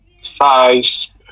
size